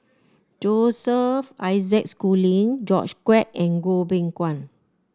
Joseph Isaac Schooling George Quek and Goh Beng Kwan